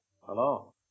Hello